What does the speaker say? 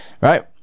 right